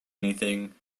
anything